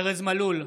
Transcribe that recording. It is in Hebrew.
ארז מלול,